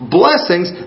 blessings